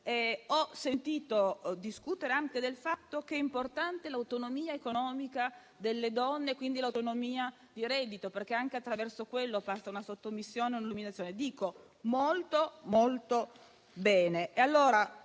Ho sentito discutere anche del fatto che è importante l'autonomia economica delle donne, quindi l'autonomia di reddito, perché anche attraverso quello passa una sottomissione e un'umiliazione: molto, molto bene.